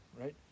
right